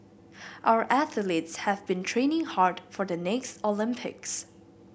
our athletes have been training hard for the next Olympics